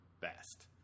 best